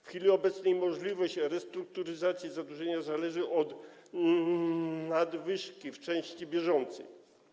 W chwili obecnej możliwość restrukturyzacji zadłużenia zależy od nadwyżki w części bieżącej.